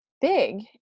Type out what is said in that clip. big